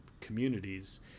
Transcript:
communities